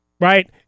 right